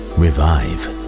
revive